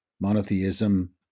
monotheism